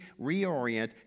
reorient